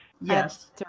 Yes